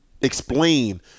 explain